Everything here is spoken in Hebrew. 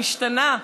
היא משתנה,